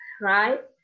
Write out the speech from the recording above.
right